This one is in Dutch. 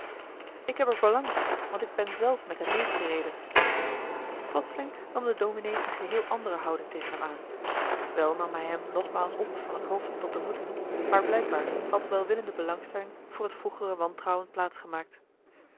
ik heb er belang bij want ik ben zelf met hem meêgereden plotseling nam de dominé eene geheel andere houding tegen hem aan wel nam hij hem nogmaals op van het hoofd tot de voeten maar blijkbaar had welwillende belangstelling voor het vroegere wantrouwen plaats gemaakt